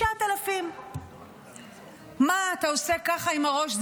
9,000. מה אתה עושה ככה עם הראש.